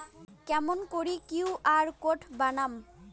কেমন করি QR code বানাম?